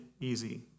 easy